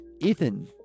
Ethan